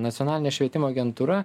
nacionalinė švietimo agentūra